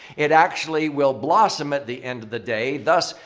it actually will blossom at the end of the day thus,